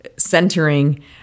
centering